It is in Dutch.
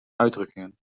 uitdrukkingen